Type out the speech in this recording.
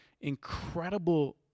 incredible